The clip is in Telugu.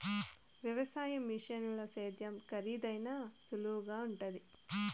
వ్యవసాయ మిషనుల సేద్యం కరీదైనా సులువుగుండాది